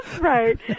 right